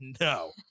no